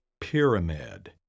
pyramid